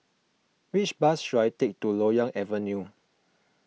which bus should I take to Loyang Avenue